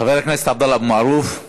חבר הכנסת עבדאללה אבו מערוף.